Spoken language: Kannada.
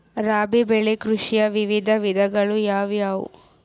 ರಾಬಿ ಬೆಳೆ ಕೃಷಿಯ ವಿವಿಧ ವಿಧಗಳು ಯಾವುವು?